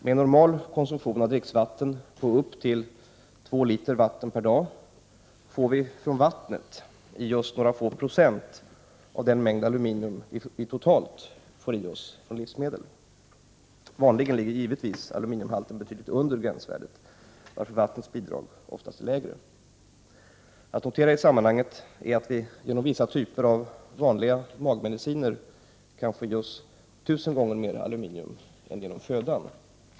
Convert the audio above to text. Med en normal konsumtion av dricksvatten på upp till 2 liter vatten per dag får vi från vattnet i oss några få procent av den mängd aluminium vi totalt får i oss från livsmedel. Vanligen ligger givetvis aluminiumhalten betydligt under gränsvärdet, varför vattnets bidrag oftast är lägre. Att notera i sammanhanget är att vi genom vissa typer av vanliga magmediciner kan få i oss tusen gånger mer aluminium än genom födan.